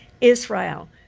Israel